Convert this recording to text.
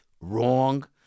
Wrong